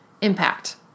impact